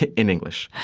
ah in english